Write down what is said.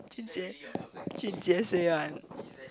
Jun-Jie Jun-Jie say one